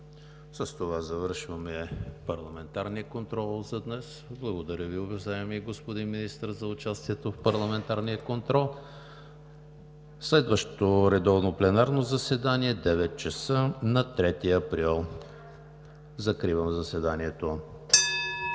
С това завършваме парламентарния контрол за днес. Благодаря Ви, уважаеми господин Министър, за участието в парламентарния контрол. Следващото редовно пленарно заседание е от 9,00 ч. на 3 април 2019 г. Закривам заседанието.